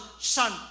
Son